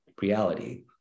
reality